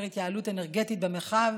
יותר התייעלות אנרגטית במרחב.